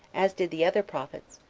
as did the other prophets,